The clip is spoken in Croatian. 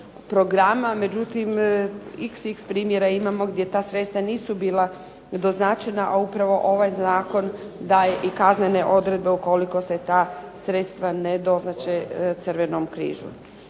programa, međutim xx primjera imamo gdje ta sredstva nisu bila doznačena, a upravo ovaj zakon daje i kaznene odredbe ukoliko se ta sredstva ne doznače Crvenom križu.